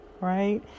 right